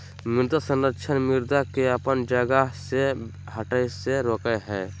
मृदा संरक्षण मृदा के अपन जगह से हठय से रोकय हइ